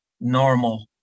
normal